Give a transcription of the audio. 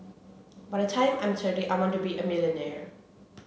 by the time I'm thirty I want to be a millionaire